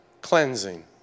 cleansing